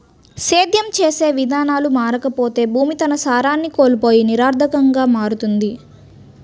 సేద్యం చేసే విధానాలు మారకపోతే భూమి తన సారాన్ని కోల్పోయి నిరర్థకంగా మారుతుంది